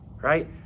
right